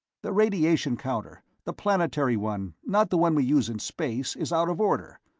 the radiation counter the planetary one, not the one we use in space is out of order.